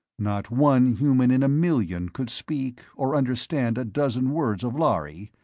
not one human in a million could speak or understand a dozen words of lhari,